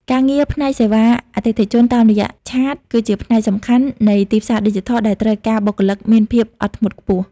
ការងារផ្នែកសេវាអតិថិជនតាមរយៈឆាត គឺជាផ្នែកសំខាន់នៃទីផ្សារឌីជីថលដែលត្រូវការបុគ្គលិកមានភាពអត់ធ្មត់ខ្ពស់។